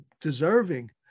deserving